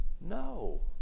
no